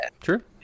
true